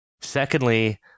Secondly